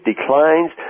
declines